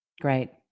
Great